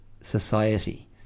society